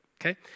okay